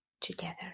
together